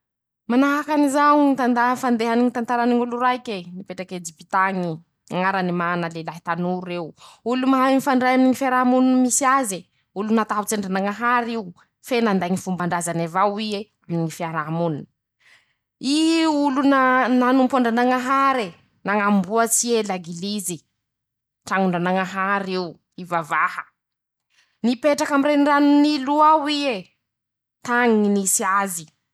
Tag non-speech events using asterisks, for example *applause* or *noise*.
Manahaky anizao ñy tanta fandehany ñy tantarany ñ'olo raike mipetraky a ejipita añy i: -Añarany Mana ,lelahy tanor'eo ,olo mahay mifandray *shushes* aminy ñy fiarahamony misy azy e,olo natahotsy an-dranañahary io, fe nanday ñy fomban-drazany avao ie aminy ñy fiarahamony;i olo na nanompo an-dranañahare ,nañamboatsy ie lagilizy ,trañon-dranañahary io ,hivavàha *shushes* ,nipetraky aminy reny rano nilo a ao ie ,tañy ñy nisy azy.